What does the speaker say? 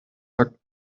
tag